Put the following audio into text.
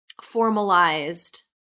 formalized